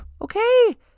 Okay